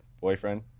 boyfriend